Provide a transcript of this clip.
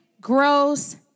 grows